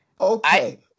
Okay